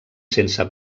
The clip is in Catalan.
sense